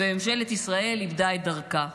וממשלת איבדה את דרכה.